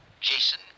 Jason